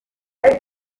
elles